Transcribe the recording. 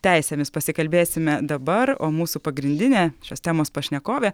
teisėmis pasikalbėsime dabar o mūsų pagrindinė šios temos pašnekovė